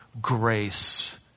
grace